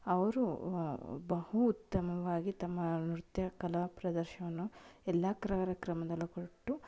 ಅವರು ಬಹು ಉತ್ತಮವಾಗಿ ತಮ್ಮ ನೃತ್ಯ ಕಲಾಪ್ರದರ್ಶನವನ್ನು ಎಲ್ಲ ಕ್ರಾರ್ಯಕ್ರಮದಲ್ಲೂ ಕೊಟ್ಟು